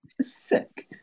Sick